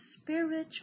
spiritual